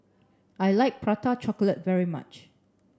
I like Prata chocolate very much